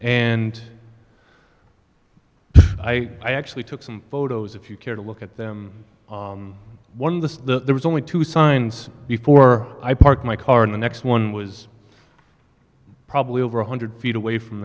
and i i actually took some photos if you care to look at them once the there was only two signs before i parked my car in the next one was probably over one hundred feet away from